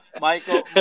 Michael